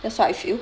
that's what I feel